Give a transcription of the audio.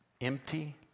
empty